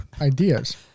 ideas